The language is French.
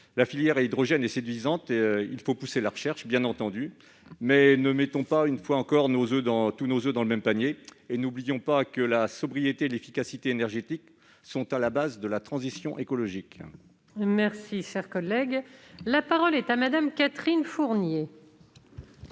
La filière de l'hydrogène est séduisante, et il faut pousser la recherche, bien entendu, mais ne mettons pas, une fois encore, tous nos oeufs dans le même panier. N'oublions pas que la sobriété et l'efficacité énergétiques sont à la base de la transition écologique. La parole est à Mme Catherine Fournier.